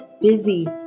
busy